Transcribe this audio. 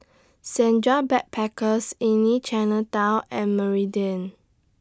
Senja Backpackers Inn Chinatown and Meridian